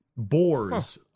Boars